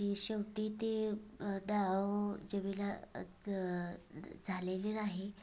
की शेवटी ते झालेली नाही